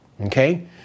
Okay